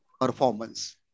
performance